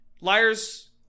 liars